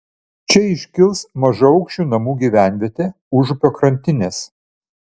čia iškils mažaaukščių namų gyvenvietė užupio krantinės